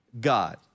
God